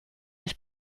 his